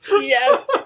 Yes